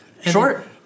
Short